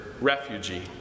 refugee